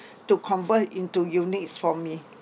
to convert into units for me